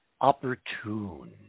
opportune